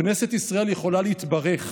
כנסת ישראל יכולה להתברך